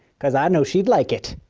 because i know she'd like it.